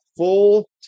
Full